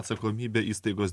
atsakomybę įstaigos